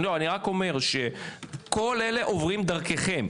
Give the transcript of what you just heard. אני רק אומר שכל אלה עוברים דרככם,